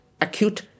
acute